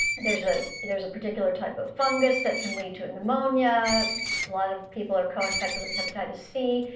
there's ah there's a particular type of fungus that can lead to a pneumonia. a lot of people are coinfected with hepatitis c,